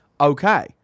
okay